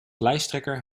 lijsttrekker